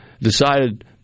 decided